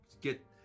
get